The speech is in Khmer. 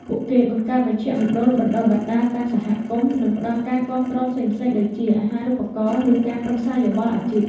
ពួកគេបង្កើតមជ្ឈមណ្ឌលបណ្តុះបណ្តាលតាមសហគមន៍ និងផ្តល់ការគាំទ្រផ្សេងៗដូចជា អាហារូបករណ៍ ឬការប្រឹក្សាយោបល់អាជីព។